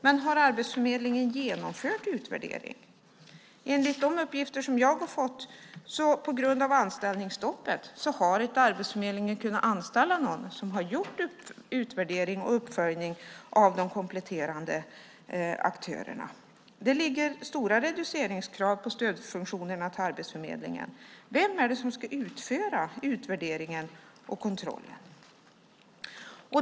Men har Arbetsförmedlingen genomfört utvärderingen? Enligt de uppgifter som jag har fått har Arbetsförmedlingen på grund av anställningsstoppet inte kunnat anställa någon för att göra utvärdering och uppföljning av de kompletterande aktörerna. Det ligger stora reduceringskrav på stödfunktionerna till Arbetsförmedlingen. Vem är det som ska utföra utvärderingen och kontrollen?